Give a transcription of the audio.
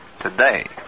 today